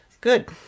Good